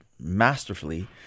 masterfully